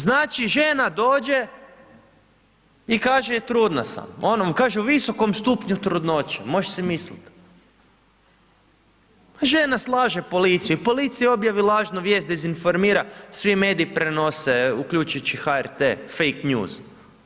Znači, žena dođe i kaže, trudna sam, kaže u viskom stupnju trudnoće, moš si misliti, a žena slaže policiji i policija objavi lažnu vijest, dezinformira, svi mediji prenose, uključujući HRT fake news.